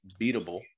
beatable